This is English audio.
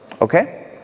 okay